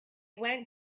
went